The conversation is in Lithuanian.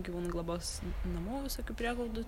gyvūnų globos namų visokių prieglaudų